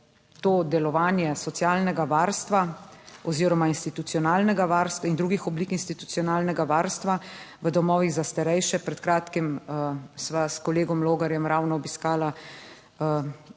– 15.15 (Nadaljevanje) oziroma institucionalnega varstva in drugih oblik institucionalnega varstva v domovih za starejše. Pred kratkim sva s kolegom Logarjem ravno obiskala